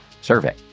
survey